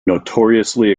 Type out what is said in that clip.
notoriously